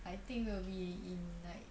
I think will be in like